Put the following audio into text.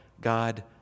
God